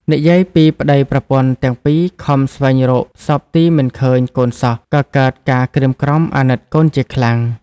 និយាយពីប្ដីប្រពន្ធទាំងពីរខំស្វែងរកសព្វទីមិនឃើញកូនសោះក៏កើតការក្រៀមក្រំអាណិតកូនជាខ្លាំង។